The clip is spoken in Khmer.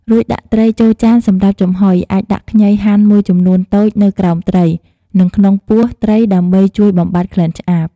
រួចដាក់ត្រីចូលចានសម្រាប់ចំហុយ អាចដាក់ខ្ញីហាន់មួយចំនួនតូចនៅក្រោមត្រី និងក្នុងពោះត្រីដើម្បីជួយបំបាត់ក្លិនឆ្អាប។